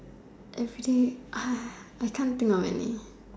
everyday I can't think of any